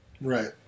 Right